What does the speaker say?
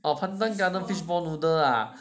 orh pandan garden fishball noodle ah